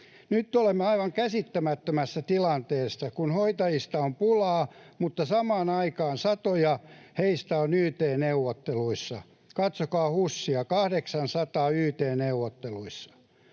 Nyt olemme aivan käsittämättömässä tilanteessa, kun hoitajista on pulaa, mutta samaan aikaan satoja heistä on yt-neuvotteluissa. Katsokaa HUSia: 800 yt-neuvotteluissa.